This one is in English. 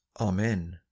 amen